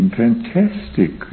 fantastic